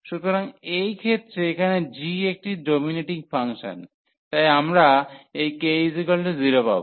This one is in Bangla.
সুতরাং এই ক্ষেত্রে এখানে g একটি ডোমিনেটিং ফাংশন তাই আমরা এই k0 পাব